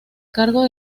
cargo